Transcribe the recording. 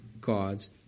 God's